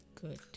good